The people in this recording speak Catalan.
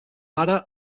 ara